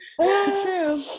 true